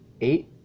eight